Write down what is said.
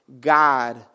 God